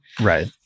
Right